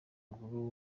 w’amaguru